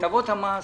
בהטבות המס